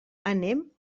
anem